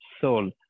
soul